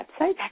website